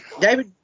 David